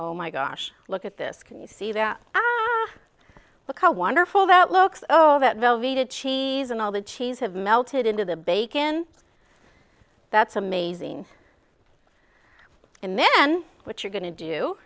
oh my gosh look at this can you see that look how wonderful that looks oh that velveeta cheese and all the cheese have melted into the bacon that's amazing and then what you're going to do